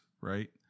right